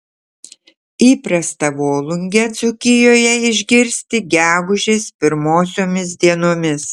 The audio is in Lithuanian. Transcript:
įprasta volungę dzūkijoje išgirsti gegužės pirmosiomis dienomis